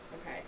Okay